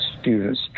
students